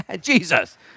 Jesus